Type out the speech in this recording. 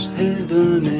heaven